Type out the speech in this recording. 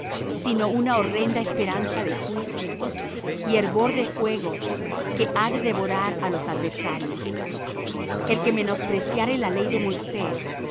sino una horrenda esperanza de juicio y hervor de fuego que ha de devorar á los adversarios el que menospreciare la ley de moisés